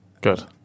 Good